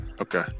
Okay